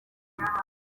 imana